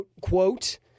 quote